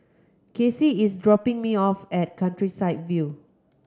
Kaycee is dropping me off at Countryside View